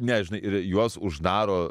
ne žinia ir juos uždaro